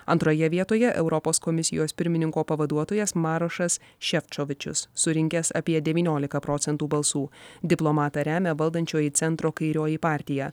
antroje vietoje europos komisijos pirmininko pavaduotojas marašas šepšovičius surinkęs apie devyniolika procentų balsų diplomatą remia valdančioji centro kairioji partija